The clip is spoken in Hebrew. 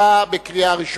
(מספר הסגנים בעיריית ירושלים),